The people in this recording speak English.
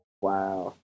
Wow